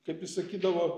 kaip jis sakydavo